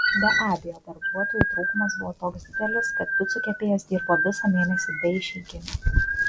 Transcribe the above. be abejo darbuotojų trūkumas buvo toks didelis kad picų kepėjas dirbo visą mėnesį be išeiginių